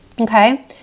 okay